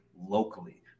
locally